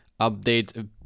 update